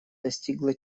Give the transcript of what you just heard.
достигло